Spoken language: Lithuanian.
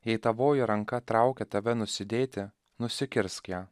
jei tavoji ranka traukia tave nusidėti nusikirsk ją